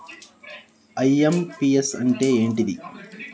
IMPS అంటే ఏంటిది?